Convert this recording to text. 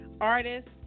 artists